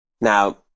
now